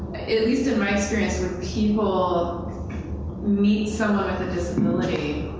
at least in my experience, when people meet someone with a disability,